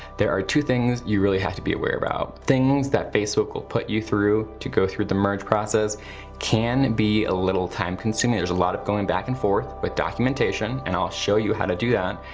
there are two things you really have to be aware about. things that facebook will put you through to go through the merge process can be a little time consuming. there's a lot of going back and forth with documentation and i'll show you how to do that.